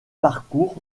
parcours